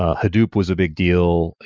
hadoop was a big deal.